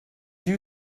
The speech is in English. you